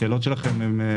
השאלות שלכם הן